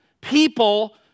people